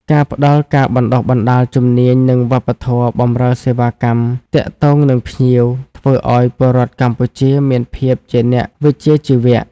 ការផ្ដល់ការបណ្តុះបណ្តាលជំនាញនិងវប្បធម៌បម្រើសេវាកម្មទាក់ទងនឹងភ្ញៀវ ធ្វើឲ្យពលរដ្ឋកម្ពុជាមានភាពជាអ្នកវិជ្ជាជីវៈ។